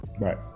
Right